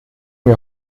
mir